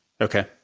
okay